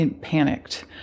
panicked